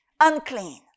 unclean